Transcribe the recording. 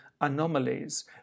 anomalies